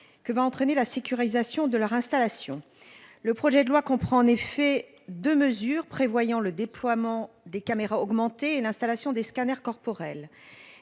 que va entraîner la sécurisation de leur installation. Le projet de loi comprend en effet de mesures prévoyant le déploiement des caméras augmenter et l'installation des scanners corporels.